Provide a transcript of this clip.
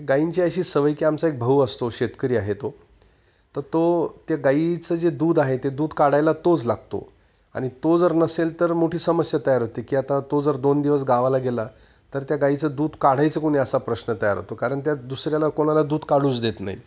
गाईंची अशी सवय की आमचा एक भाऊ असतो शेतकरी आहे तो तर तो त्या गाईचं जे दूध आहे ते दूध काढायला तोच लागतो आणि तो जर नसेल तर मोठी समस्या तयार होते की आता तो जर दोन दिवस गावाला गेला तर त्या गाईचं दूध काढायचं कोणी असा प्रश्न तयार होतो कारण त्या दुसऱ्याला कोणाला दूध काढूच देत नाही